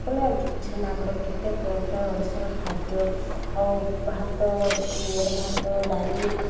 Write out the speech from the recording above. ବଲେ ଛେନାପୋଡ଼ କେତେ ପ୍ରକାର ଓଡ଼ିଶାର ଖାଦ୍ୟ ଆଉ ଭାତ ଇଏରେ ଭାତ ଡାଲି